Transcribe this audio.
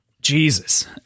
Jesus